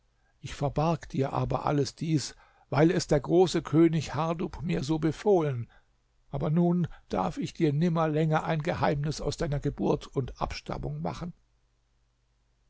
ich verbarg dir aber alles dies weil es der große könig hardub mir so befohlen aber nun darf ich dir nimmer länger ein geheimnis aus deiner geburt und abstammung machen